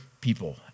people